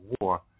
war